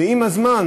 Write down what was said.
ועם הזמן